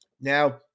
Now